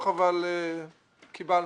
אבל קיבלנו.